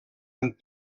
amb